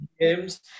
games